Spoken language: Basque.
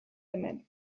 hemen